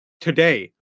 Today